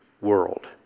world